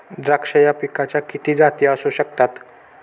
द्राक्ष या पिकाच्या किती जाती असू शकतात?